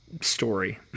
story